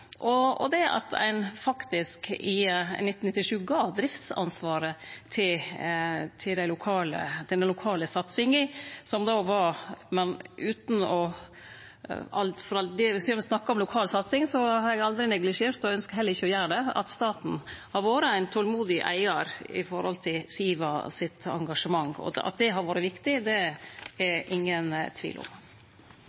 og det at ein i 1997 faktisk gav driftsansvaret til den lokale satsinga. For all del, sidan me snakkar om lokal satsing, eg har aldri neglisjert og ynskjer heller ikkje å gjere det, at staten har vore ein tålmodig eigar når det gjeld Sivas engasjement. At det har vore viktig, er det ingen tvil om. Eg takkar for tilbakemeldinga frå representanten Navarsete. Eg er